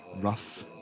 rough